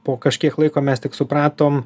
po kažkiek laiko mes tik supratom